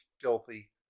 filthy